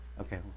okay